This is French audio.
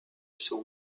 son